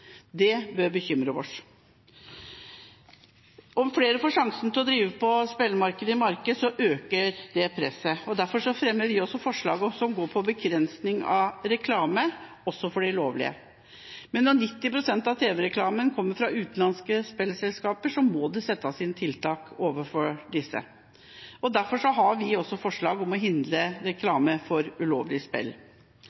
Det bør bekymre oss. Om flere får sjansen til å drive på spillmarkedet i Norge, øker det presset. Derfor fremmer vi også forslag som går på begrensning av reklame, også for de lovlige. Men når 90 pst. av tv-reklamen kommer fra de utenlandske spillselskapene, må det settes inn tiltak overfor disse. Derfor har vi forslag om å hindre